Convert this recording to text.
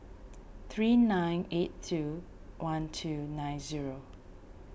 three nine eight two one two nine zero